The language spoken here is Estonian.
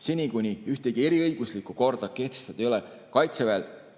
Seni, kuni ühtegi eriõiguslikku korda kehtestatud ei ole, Kaitseväel